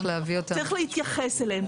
צריך להתייחס אליהן,